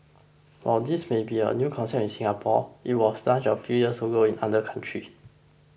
while this may be a new concept in Singapore it was launched a few years ago in other countries